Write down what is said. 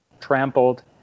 trampled